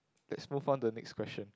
let's move on to the next question